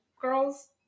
girls